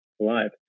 alive